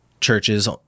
churches